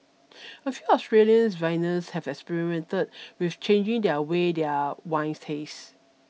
a few Australian wines have experimented with changing their way their wines taste